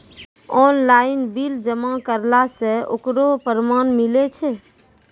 Online bill जमा करला से ओकरौ परमान मिलै छै?